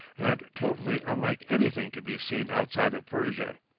and totally unlike anything to be seen outside of persia.